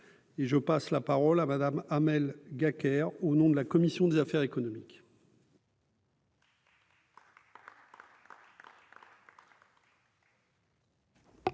je passe la parole à Madame Hamel Gacquerre au nom de la commission des affaires économiques.